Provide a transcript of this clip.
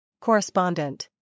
Correspondent